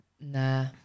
Nah